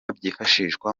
byifashishwa